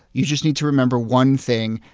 you just need to remember one thing,